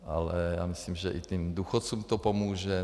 Ale já myslím, že i těm důchodcům to pomůže.